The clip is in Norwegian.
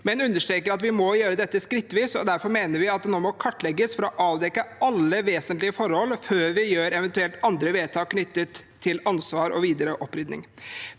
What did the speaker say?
men understreker at vi må gjøre dette skrittvis. Derfor mener vi det nå må kartlegges for å avdekke alle vesentlige forhold, før vi fatter eventuelle andre vedtak knyttet til ansvar og videre opprydding.